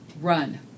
run